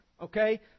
Okay